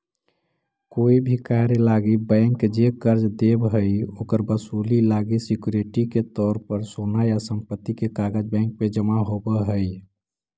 कोई भी कार्य लागी बैंक जे कर्ज देव हइ, ओकर वसूली लागी सिक्योरिटी के तौर पर सोना या संपत्ति के कागज़ बैंक में जमा होव हइ